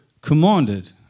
commanded